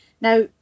Now